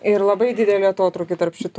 ir labai didelį atotrūkį tarp šitų